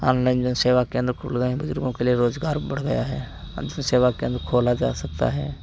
online जन सेवा केन्द्र खुल गए हैं बुजुर्गों के लिए रोज़गार बढ़ गया है अंत में सेवा केन्द्र खोला जा सकता है